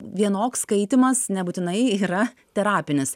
vienoks skaitymas nebūtinai yra terapinis